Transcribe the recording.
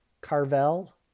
Carvel